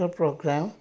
program